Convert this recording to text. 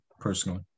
personally